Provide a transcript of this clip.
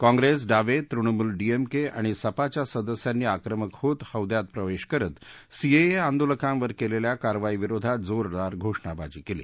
कॉंग्रेस डावे तृणमूल डीएमके आणि सपाच्या सदस्यांनी आक्रमक होत हौद्यात प्रवेश करत सीएए आंदोलकांवर केलेल्या कारवाईविरोधात जोरदार घोषणाबाजी केली